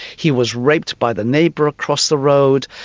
he was raped by the neighbour across the road,